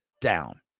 down